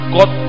God